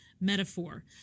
metaphor